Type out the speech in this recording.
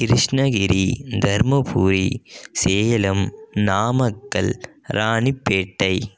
Krishnagiri Dharmapuri Salem Namakkal Ranipet